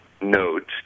note